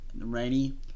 ready